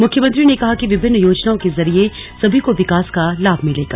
मुख्यमंत्री ने कहा कि विभिन्न योजनाओं के जरिये सभी को विकास का लाभ मिलेगा